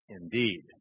indeed